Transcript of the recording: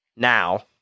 now